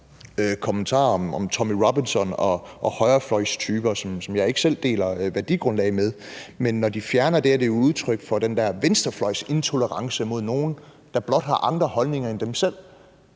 kommentarer om Tommy Robinson og højrefløjstyper, som jeg ikke selv deler værdigrundlag med. Men når de fjerner det, er det jo et udtryk for den der venstrefløjsintolerance mod nogle, der blot har andre holdninger end dem selv.